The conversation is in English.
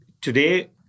today